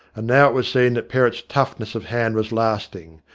and now it was seen that perrott's toughness of hand was lasting.